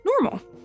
normal